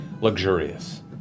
luxurious